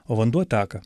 o vanduo teka